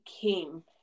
came